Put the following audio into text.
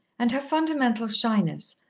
and her fundamental shyness,